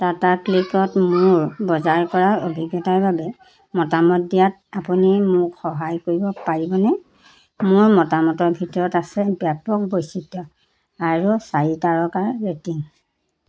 টাটা ক্লিকত মোৰ বজাৰ কৰাৰ অভিজ্ঞতাৰ বাবে মতামত দিয়াত আপুনি মোক সহায় কৰিব পাৰিবনে মোৰ মতামতৰ ভিতৰত আছে ব্যাপক বৈচিত্ৰ্য আৰু চাৰি তাৰকাৰ ৰেটিং